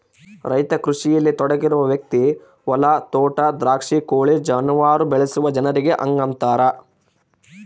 ರೈತ ಕೃಷಿಯಲ್ಲಿ ತೊಡಗಿರುವ ವ್ಯಕ್ತಿ ಹೊಲ ತೋಟ ದ್ರಾಕ್ಷಿ ಕೋಳಿ ಜಾನುವಾರು ಬೆಳೆಸುವ ಜನರಿಗೆ ಹಂಗಂತಾರ